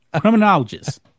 Criminologist